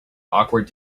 awkward